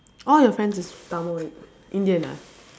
all your friends is Tamil Indian ah